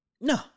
No